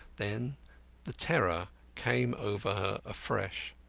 then the terror came over her afresh.